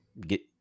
get